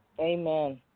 Amen